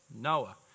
Noah